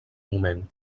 moment